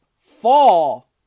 fall